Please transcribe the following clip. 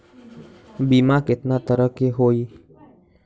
बीमा केतना तरह के होइ?